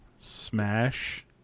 smash